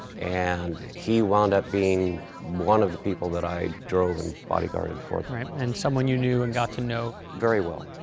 and he wound up being one of the people that i drove and bodyguarded for. right. and someone you knew and got to know. very well.